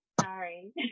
Sorry